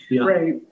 Right